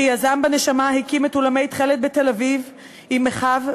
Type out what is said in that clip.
כיזם בנשמה הקים את אולמי "תכלת" בתל-אביב עם אחיו,